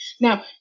Now